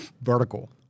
vertical